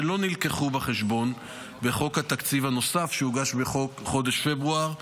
שלא הובאו בחשבון בחוק התקציב הנוסף שהוגש בחודש פברואר,